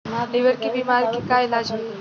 Liver के बीमारी के का इलाज होई?